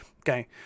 Okay